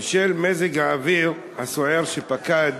בשל מזג האוויר הסוער שפקד